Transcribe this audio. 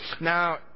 Now